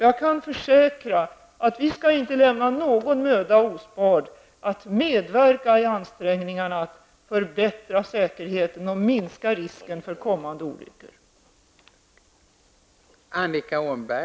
Jag kan försäkra att vi inte skall spara någon möda när det gäller att medverka i ansträngningarna, förbättra säkerheten och minska risken för kommande olyckor.